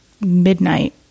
midnight